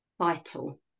vital